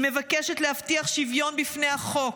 היא מבקשת להבטיח שוויון בפני החוק,